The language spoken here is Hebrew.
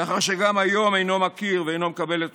לאחר שגם היום אינו מכיר ואינו מקבל את